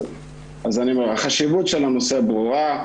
החשיבות של הנושא ברורה,